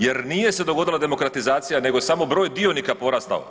Jer nije se dogodila demokratizacija, nego je samo broj dionika porastao.